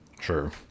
Sure